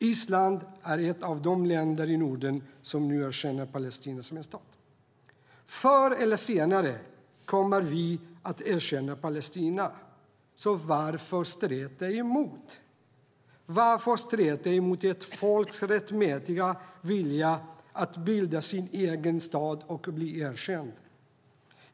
Island är ett av de länder i Norden som nu erkänner Palestina som en stat. För eller senare kommer vi att erkänna Palestina, så varför streta emot ett folks rättmätiga vilja att bilda sin egen stat och bli erkända?